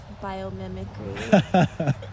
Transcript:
biomimicry